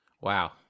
wow